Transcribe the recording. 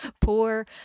poor